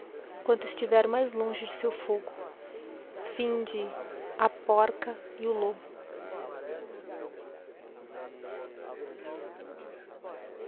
quanto estiver mai longe de seu ogo ii fade e s o p o